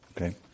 Okay